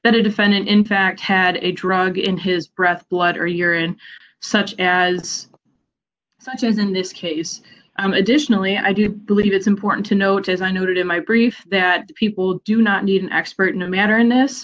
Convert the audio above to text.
that a defendant in fact had a drug in his breath blood or urine such as such as in this case additionally i do believe it's important to note as i noted in my brief that people do not need an expert in the matter in this